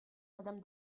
madame